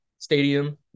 Stadium